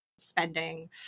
spending